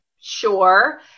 Sure